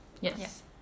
Yes